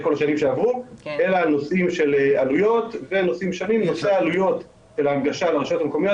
זה כבר לא נושא ראשון שאני מסתכלת טיפה קדימה ואני רואה שבאמת שם ריק.